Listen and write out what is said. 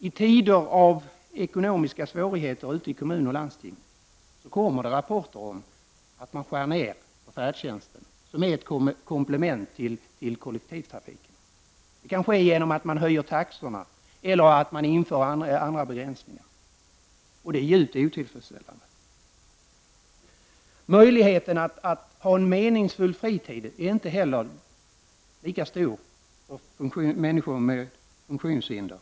I tider av ekonomiska svårigheter i kommuner och landsting kommer det rapporter om att man skär ner på färdtjänsten, som är ett komplement till kollektivtrafiken. Det kan vara fråga om att man höjer taxorna eller att man inför andra begränsningar. Och det är djupt otillfredsställande. Möjligheten att ha en meningsfull fritid är inte heller lika stor för människor med funktionshinder.